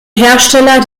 hersteller